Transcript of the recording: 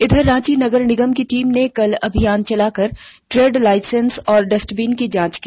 इधर रांची नगर निगम की टीम ने कल अभियान चलाकर ट्रेड लाइसेंस और डस्टबीन की जांच की